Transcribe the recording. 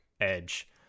Edge